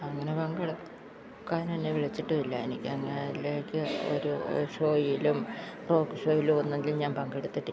അങ്ങനെ പങ്കെടുക്കാനെന്നെ വിളിച്ചിട്ടും ഇല്ല എനിക്കങ്ങതിലേക്ക് ഒരു ഷോയിലും റോക്ക് ഷോയിലോ ഒന്നെങ്കിൽ ഞാൻ പങ്കെടുത്തിട്ടില്ല